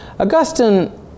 Augustine